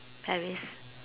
Paris